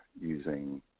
using